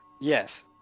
Yes